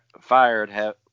fired